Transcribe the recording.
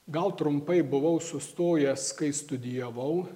gal trumpai buvau sustojęs kai studijavau